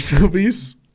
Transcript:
movies